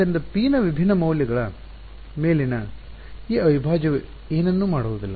ಆದ್ದರಿಂದ p ನ ವಿಭಿನ್ನ ಮೌಲ್ಯಗಳ ಮೇಲಿನ ಈ ಅವಿಭಾಜ್ಯವು ಏನನ್ನೂ ಮಾಡುವುದಿಲ್ಲ